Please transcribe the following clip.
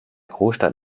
großstadt